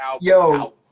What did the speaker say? Yo